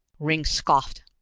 ringg scoffed,